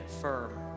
firm